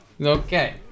Okay